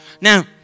now